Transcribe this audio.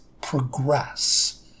progress